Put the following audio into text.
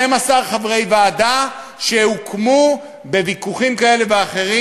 12 חברי ועדה שהוקמה בוויכוחים כאלה ואחרים,